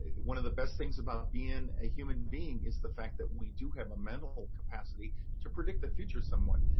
one of the best things about being a human being is the fact that we do have a mental capacity to predict the future somewhat.